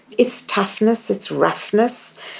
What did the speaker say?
its toughness, its roughness,